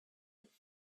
its